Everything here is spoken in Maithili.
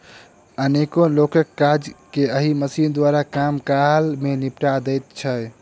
अनेको लोकक काज के एहि मशीन द्वारा कम काल मे निपटा देल जाइत छै